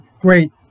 great